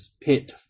pit